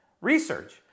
research